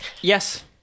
Yes